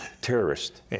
terrorist